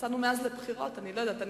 יצאנו מאז לבחירות, אני לא יודעת.